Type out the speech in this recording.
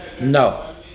No